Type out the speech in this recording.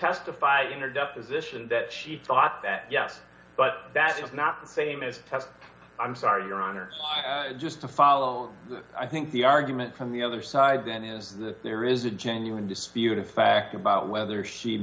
testify in her deposition that she thought that yes but that is not the same as have i'm sorry your honor just to follow i think the argument from the other side than in the there is a genuine dispute in fact about whether she